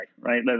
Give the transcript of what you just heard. right